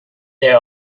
their